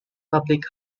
public